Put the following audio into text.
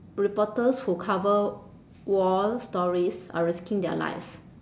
reporters who cover war stories are risking their lives